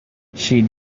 she